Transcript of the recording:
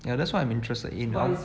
ya that's why I'm interested in now